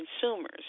consumers